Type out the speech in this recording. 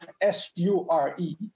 S-U-R-E